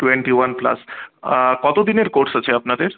twenty one plus কত দিনের course আছে আপনাদের